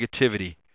negativity